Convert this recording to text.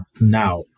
now